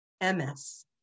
ms